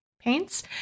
paints